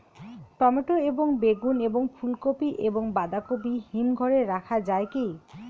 Tomato এবং বেগুন এবং ফুলকপি এবং বাঁধাকপি হিমঘরে রাখা যায় কি?